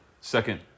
Second